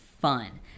fun